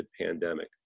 pandemic